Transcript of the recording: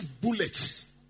bullets